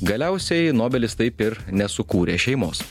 galiausiai nobelis taip ir nesukūrė šeimos